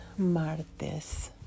martes